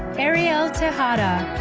arielle to jada.